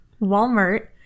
Walmart